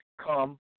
come